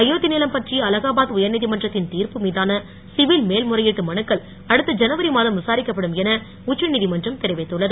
அயோத்தி நிலம் பற்றிய அலகாபாத் உயர் நீதிமன்றத்தின் தீர்ப்பு மீதான சிவில் மேல்முறையீட்டு மனுக்கள் அடுத்த ஜனவரி மாதம் விசாரிக்கப்படும் என உச்ச நீதிமன்றம் தெரிவித்துள்ளது